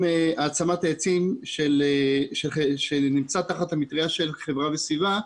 של העצמת עצים שנמצא תחת המטריה של חברה וסביבה.